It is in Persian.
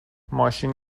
ماشین